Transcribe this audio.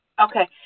Okay